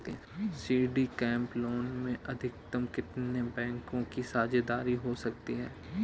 Syndicate loan में अधिकतम कितने बैंकों की साझेदारी हो सकती है?